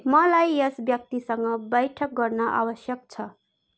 मलाई यस व्यक्तिसँग बैठक गर्न आवश्यक छ